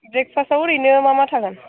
ब्रेकफास्टआव ओरैनो मा मा थागोन